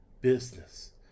business